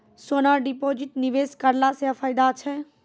सोना deposit निवेश करला से फैदा छै?